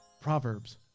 Proverbs